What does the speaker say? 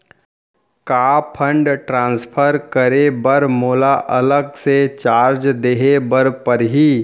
का fund transfer करे बर मोला अलग से चार्ज देहे बर परही?